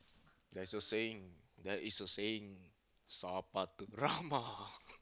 there is a saying there is a saying